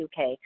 UK